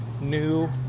new